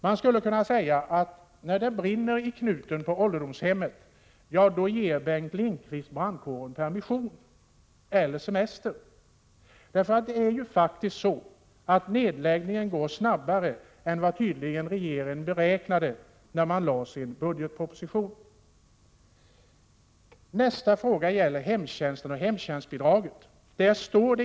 Man skulle kunna säga att när det brinner i knuten på ålderdomshemmet, då ger Bengt Lindqvist brandkåren permission eller semester. Nedläggningen går ju snabbare än vad regeringen tydligen beräknade när den lade fram sin budgetproposition. Nästa fråga gäller hemtjänsten och bidraget till denna.